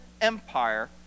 Empire